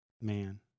Man